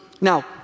Now